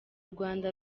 rwanda